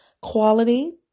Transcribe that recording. quality